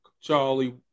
Charlie